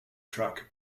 truck